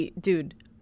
Dude